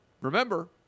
remember